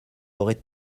aurez